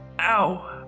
Ow